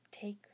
take